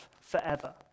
forever